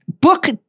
book